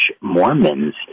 Mormons